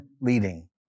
leading